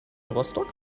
rostock